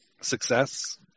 success